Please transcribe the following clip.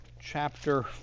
chapter